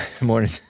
morning